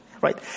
right